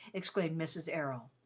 exclaimed mrs. errol.